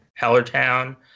Hellertown